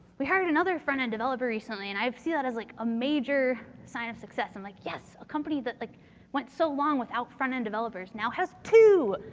we hired another frontend developer recently and i see that as like a major sign of success. and like yes, a company that like went so long without frontend developers now has two.